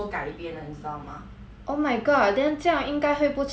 oh my god then 这样应该会不错 eh cause a lot of 小说